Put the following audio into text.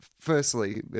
Firstly